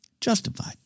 justified